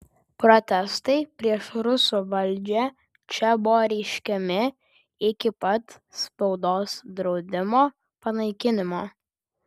protestai prieš rusų valdžią čia buvo reiškiami iki pat spaudos draudimo panaikinimo